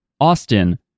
Austin